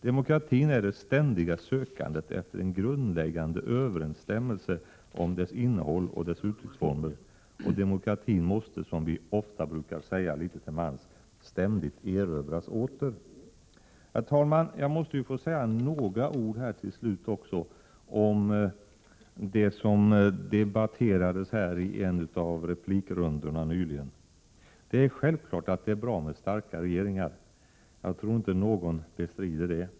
Demokratin är det ständiga sökandet efter en grundläggande överensstämmelse om dess innehåll och dess uttrycksformer. Demokratin måste, som vi litet till mans ofta brukar säga, ständigt erövras åter. Herr talman! Jag måste till slut få säga några ord om det som nyss debatterades här i en replikrunda. Det är självklart att det är bra med starka regeringar. Jag tror inte att någon bestrider det.